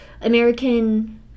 American